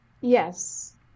Yes